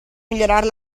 migliorare